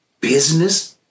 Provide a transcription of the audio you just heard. business